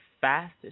fastest